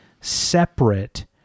separate